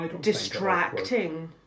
distracting